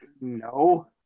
no